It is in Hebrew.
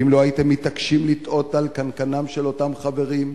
האם לא הייתם מתעקשים לתהות על קנקנם של אותם חברים,